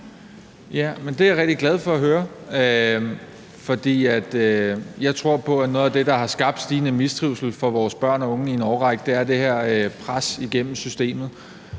det er jeg rigtig glad for at høre, for jeg tror på, at noget af det, der har skabt stigende mistrivsel for vores børn og unge i en årrække, er det her pres igennem systemet.